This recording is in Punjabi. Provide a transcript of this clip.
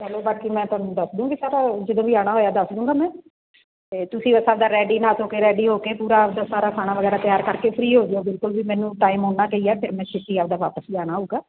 ਚਲੋ ਬਾਕੀ ਮੈਂ ਤੁਹਾਨੂੰ ਦੱਸ ਦੂੰਗੀ ਸਾਰਾ ਉਹ ਜਦੋਂ ਵੀ ਆਉਣਾ ਹੋਇਆ ਦੱਸ ਦੂੰਗਾ ਮੈਂ ਅਤੇ ਤੁਸੀਂ ਬਸ ਆਪਣਾ ਰੈਡੀ ਨਹਾ ਧੋ ਕੇ ਰੈਡੀ ਹੋ ਕੇ ਪੂਰਾ ਆਪਣਾ ਸਾਰਾ ਖਾਣਾ ਵਗੈਰਾ ਤਿਆਰ ਕਰਕੇ ਫਰੀ ਹੋ ਜਿਓ ਬਿਲਕੁਲ ਵੀ ਮੈਨੂੰ ਟਾਈਮ ਓਨਾ ਕੁ ਹੀ ਹੈ ਫਿਰ ਮੈਂ ਛੇਤੀ ਆਪਣਾ ਵਾਪਸ ਜਾਣਾ ਹੋਵੇਗਾ